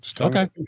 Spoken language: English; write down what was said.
Okay